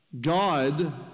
God